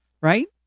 Right